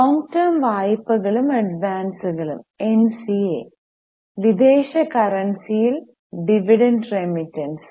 long term വായ്പകളും അഡ്വാൻസുകളും NCA വിദേശ കറൻസിയിൽ ഡിവിഡൻഡ് റെമിറ്റൻസ്